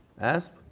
Asp